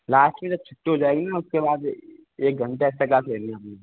last में जब छुट्टी हो जाएगी न उसके बाद एक घंटा एक्स्ट्रा क्लास लेनी है